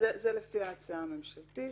זה לפי ההצעה הממשלתית.